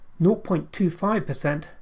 0.25%